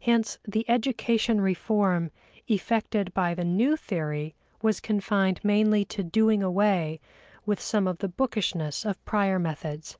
hence the education reform effected by the new theory was confined mainly to doing away with some of the bookishness of prior methods